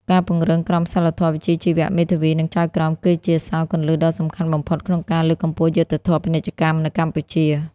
ការពង្រឹងក្រមសីលធម៌វិជ្ជាជីវៈមេធាវី និងចៅក្រម គឺជាសោរគន្លឹះដ៏សំខាន់បំផុតក្នុងការលើកកម្ពស់យុត្តិធម៌ពាណិជ្ជកម្មនៅកម្ពុជា។